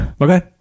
Okay